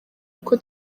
uko